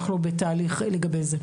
אנחנו בתהליך עם הדבר הזה.